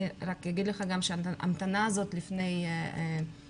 אני רק אגיד לך שההמתנה הזאת לפני יותר